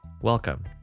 Welcome